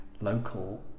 local